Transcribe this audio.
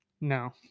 No